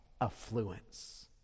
affluence